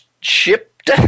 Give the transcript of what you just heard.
shipped